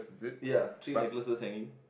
ya three necklaces hanging